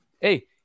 hey